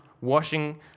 washing